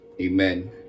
amen